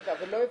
אבל לא הבנתי,